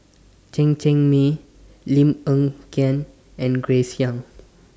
Chen Cheng Mei Lim Hng Kiang and Grace Young